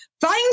Find